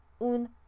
un